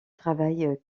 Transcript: travaille